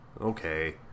okay